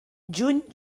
juny